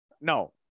No